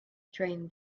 train